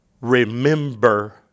remember